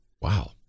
Wow